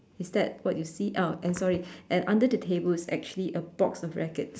is that what you see uh and sorry and under the table is actually a box of rackets